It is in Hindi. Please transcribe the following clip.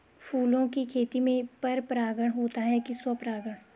फूलों की खेती में पर परागण होता है कि स्वपरागण?